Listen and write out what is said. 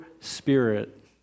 spirit